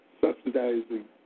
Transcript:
subsidizing